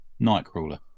Nightcrawler